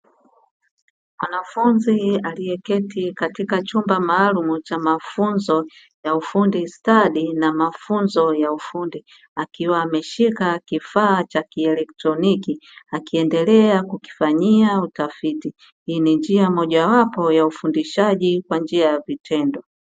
Mwanafunzi aliyeketi katika chumba maalumu cha mafunzo ya ufundi stadi na mafunzo ya ufundi; akiwa ameshika kifaa cha kielektroniki, akiendelea kukifanyia utafiti. Hii ni njia mojawapo ya ufundishaji kwa njia ya vitendo.